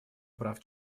прав